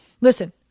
Listen